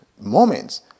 moments